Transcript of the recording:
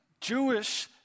Jewish